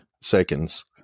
seconds